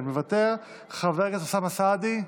חבר הכנסת אוסאמה סעדי,